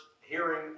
hearing